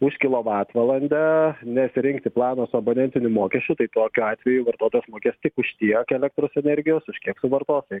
už kilovatvalandę nesirinkti plano su abonentiniu mokesčiu tai tokiu atveju vartotojas mokės tik už tiek elektros energijos už kiek suvartos tai